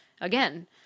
again